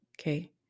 okay